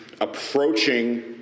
approaching